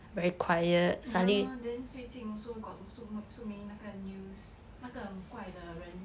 ya lor then 最近 also got so so many 那个 news 那个很怪的人